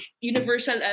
universal